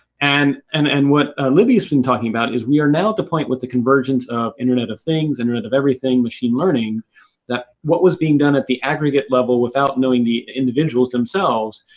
and and and, what libbie has been talking about is we are now at the point of the convergence of internet of things, internet of everything, machine learning that what was being done at the aggregate level without knowing the individuals themselves,